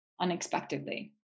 unexpectedly